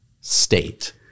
state